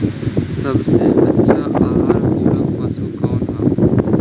सबसे अच्छा आहार पूरक पशु कौन ह?